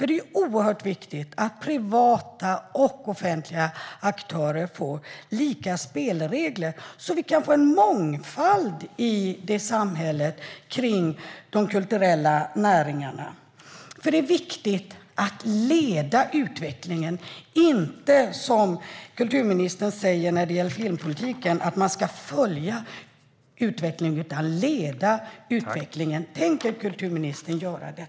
Det är oerhört viktigt att privata och offentliga aktörer får lika spelregler, så att vi kan få en mångfald i samhället kring de kulturella näringarna. Det är viktigt att leda utvecklingen - inte, som kulturministern säger när det gäller filmpolitiken, att man ska följa utvecklingen. Man ska leda utvecklingen. Tänker kulturministern göra det?